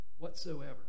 Whatsoever